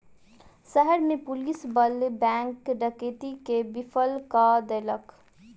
शहर में पुलिस बल बैंक डकैती के विफल कय देलक